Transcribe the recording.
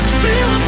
feel